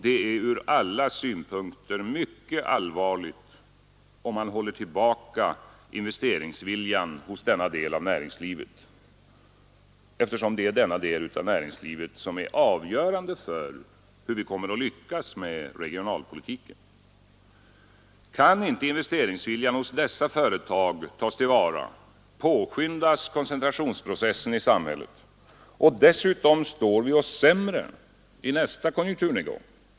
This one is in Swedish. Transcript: Det är ur alla synpunkter mycket allvarligt om man håller tillbaka investeringsviljan hos denna del av näringslivet, eftersom denna är avgörande för hur vi kommer att lyckas med regionalpolitiken. Kan inte investeringsviljan hos dessa företag tas till vara påskyndas koncentrationsprocessen i samhället, och dessutom står vi oss sämre i nästa konjunkturnedgång.